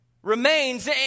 remains